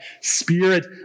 spirit